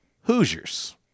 Hoosiers